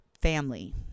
family